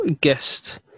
guest